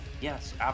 Yes